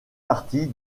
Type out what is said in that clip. partie